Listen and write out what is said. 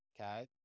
okay